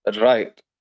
right